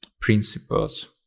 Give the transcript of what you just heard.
principles